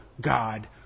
God